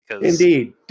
indeed